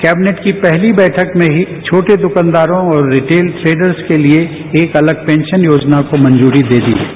cabinet की पहली बैठक में ही छोटे द्रकानदारों और रीटेल ट्रेडर्स के लिए एक अलग पेंशन योजना को मंजूरी दे दी गई है